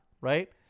right